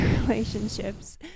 relationships